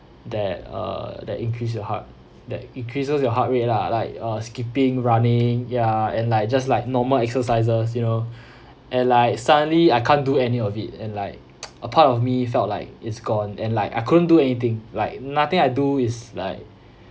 that uh that increase your heart that increases your heart rate lah like uh skipping running ya and like just like normal exercises you know and like suddenly I can't do any of it and like a part of me felt like it's gone and like I couldn't do anything like nothing I do is like